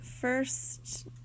first